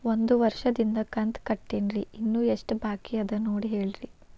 ಒಂದು ವರ್ಷದಿಂದ ಕಂತ ಕಟ್ಟೇನ್ರಿ ಇನ್ನು ಎಷ್ಟ ಬಾಕಿ ಅದ ನೋಡಿ ಹೇಳ್ರಿ